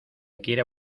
quiera